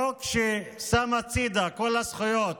חוק ששם בצד את כל הזכויות